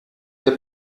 der